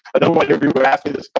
i don't want your people asking this. but